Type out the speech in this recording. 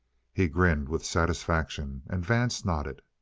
he grinned with satisfaction, and vance nodded.